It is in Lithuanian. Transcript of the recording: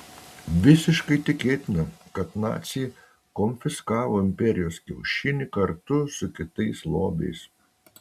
visiškai tikėtina kad naciai konfiskavo imperijos kiaušinį kartu su kitais lobiais